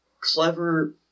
clever